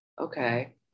Okay